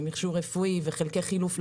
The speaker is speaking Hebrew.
מכשור רפואי וחלקי חילוף לגוף,